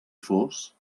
fos